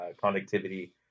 conductivity